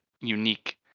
unique